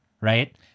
Right